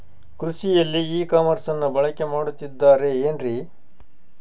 ಕೃಷಿಯಲ್ಲಿ ಇ ಕಾಮರ್ಸನ್ನ ಬಳಕೆ ಮಾಡುತ್ತಿದ್ದಾರೆ ಏನ್ರಿ?